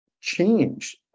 change